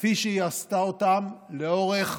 כפי שהיא עשתה אותן לאורך